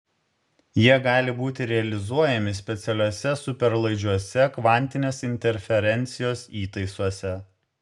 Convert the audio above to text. jie gali būti realizuojami specialiuose superlaidžiuose kvantinės interferencijos įtaisuose